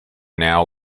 now